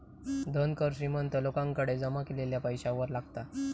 धन कर श्रीमंत लोकांकडे जमा केलेल्या पैशावर लागता